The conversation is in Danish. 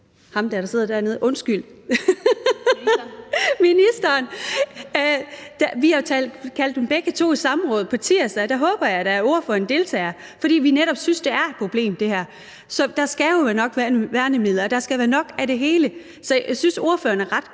og beskæftigelsesministeren i samråd på tirsdag, og der håber jeg da ordføreren deltager, fordi vi netop synes, det her er et problem. Så der skal være nok værnemidler, og der skal være nok af det hele, så jeg synes, ordføreren er ret grov,